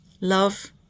Love